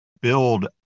build